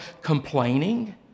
complaining